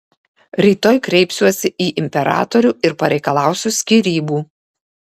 rytoj kreipsiuosi į imperatorių ir pareikalausiu skyrybų